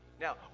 Now